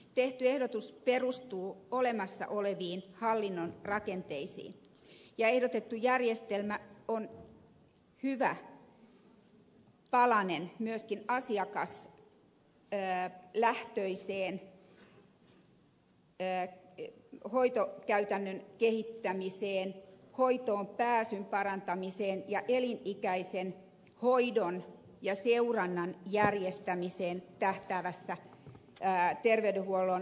tehty ehdotus perustuu olemassa oleviin hallinnon rakenteisiin ja ehdotettu järjestelmä on hyvä palanen myöskin asiakaslähtöiseen hoitokäytännön kehittämiseen hoitoonpääsyn parantamiseen ja elinikäisen hoidon ja seurannan järjestämiseen tähtäävässä terveydenhuollon kokonaisuudistuksessa